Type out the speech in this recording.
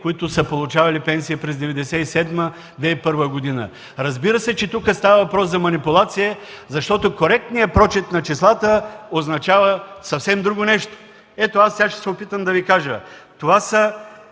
които са получавали пенсия през 1997-2001 г.?! Разбира се, тук става въпрос за манипулация, защото коректният прочит на числата означава съвсем друго нещо. Сега ще се опитам да Ви кажа – това е